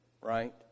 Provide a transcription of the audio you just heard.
right